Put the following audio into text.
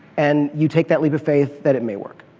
and you take that leap of faith that it may work.